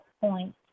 point